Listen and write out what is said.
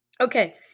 Okay